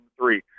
three